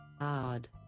Odd